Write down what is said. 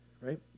right